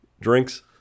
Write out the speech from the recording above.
drinks